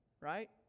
Right